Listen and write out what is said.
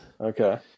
okay